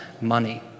money